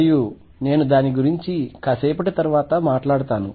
మరియు నేను దాని గురించి కాసేపటి తరువాత మాట్లాడుతాను